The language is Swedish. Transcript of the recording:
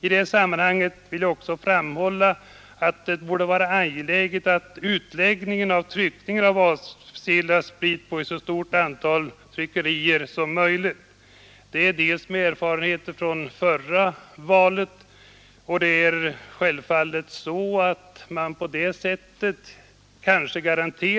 I detta sammanhang vill jag också framhålla att det borde vara angeläget att tryckningen av valsedlar sprids på ett så stort antal tryckerier som möjligt. Jag anser detta dels med utgångspunkt från erfarenheterna vid förra valet, dels därför att man på det sättet kanske områdena.